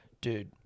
Dude